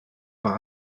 par